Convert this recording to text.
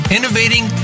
Innovating